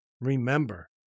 Remember